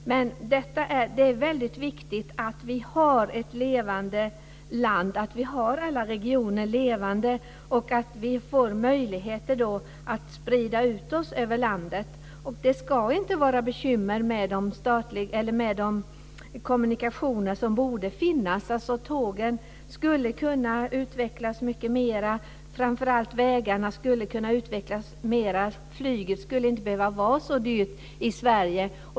Det är viktigt att vi har ett levande land, att alla regioner är levande och att vi får möjlighet att sprida ut oss över landet. Det ska inte vara bekymmer med kommunikationer. Det borde finnas. Tågen skulle kunna utvecklas mycket mer, framför allt vägarna skulle kunna utvecklas mer. Flyget skulle inte behöva vara så dyrt i Sverige.